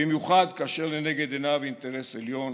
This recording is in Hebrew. במיוחד כאשר לנגד עיניו אינטרס עליון,